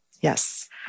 Yes